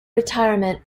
retirement